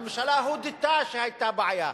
הממשלה הודתה שהיתה בעיה,